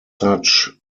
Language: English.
such